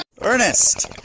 Ernest